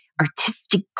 artistic